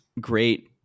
great